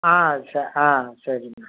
ஆ ச ஆ சரிம்மா